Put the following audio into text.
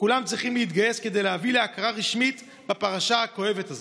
וכולם צריכים להתגייס כדי להביא להכרה רשמית בפרשה הכואבת הזאת.